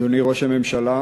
אדוני ראש הממשלה,